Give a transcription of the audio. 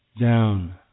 down